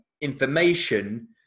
information